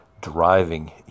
driving